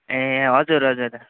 ए हजुर हजुर